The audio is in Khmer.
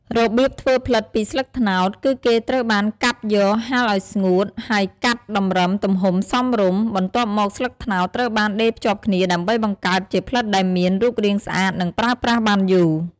របៀបធ្វើផ្លិតពីស្លឹកត្នោត គឺគេត្រូវបានកាប់យក ហាលឲ្យស្ងួត ហើយកាត់តម្រឹមទំហំសមរម្យ បន្ទាប់មកស្លឹកត្នោតត្រូវបានដេរភ្ជាប់គ្នាដើម្បីបង្កើតជាផ្លិតដែលមាន រូបរាងស្អាត និងប្រើប្រាស់បានយូរ។